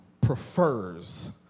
prefers